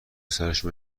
سرشو